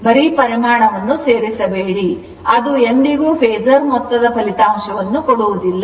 ಬರೀ ಪರಿಮಾಣವನ್ನು ಸೇರಿಸಬೇಡಿ ಅದು ಎಂದಿಗೂ ಫೇಸರ್ ಮೊತ್ತದ ಫಲಿತಾಂಶವನ್ನು ಕೊಡುವುದಿಲ್ಲ